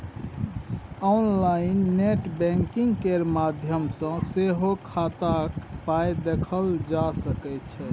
online net banking केर माध्यम सँ सेहो खाताक पाइ देखल जा सकै छै